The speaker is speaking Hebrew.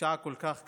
בשעה כל כך קשה?